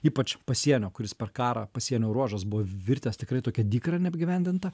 ypač pasienio kuris per karą pasienio ruožas buvo virtęs tikrai tokia dykra neapgyvendinta